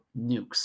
nukes